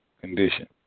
condition